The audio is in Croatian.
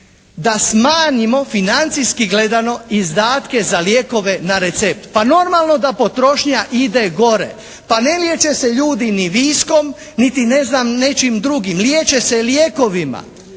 da smanjimo financijski gledano izdatke za lijekove na recept. Pa normalno da potrošnja ide gore. Pa ne liječe se ljudi ni viskom niti ne znam nečim drugim. Liječe se lijekovima.